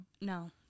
no